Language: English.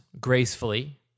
gracefully